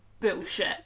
Bullshit